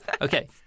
Okay